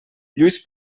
lluís